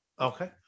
Okay